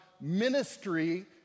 ministry